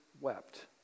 wept